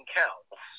counts